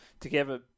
together